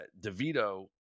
DeVito